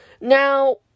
Now